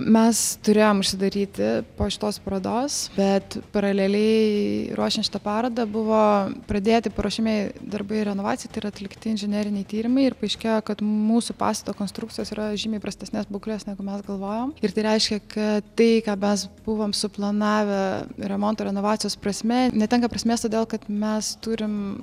mes turėjom užsidaryti po šitos parodos bet paraleliai ruošė šitą parodą buvo pradėti paruošiamieji darbai renovacijos tai yra atlikti inžineriniai tyrimai ir paaiškėjo kad mūsų pastato konstrukcijos yra žymiai prastesnės būklės negu mes galvojom ir tai reiškia kad tai ką mes buvom suplanavę remonto renovacijos prasme netenka prasmės todėl kad mes turim